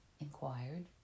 inquired